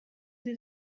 sie